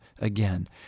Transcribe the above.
again